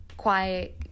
quiet